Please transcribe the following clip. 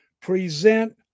present